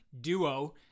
Duo